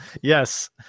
Yes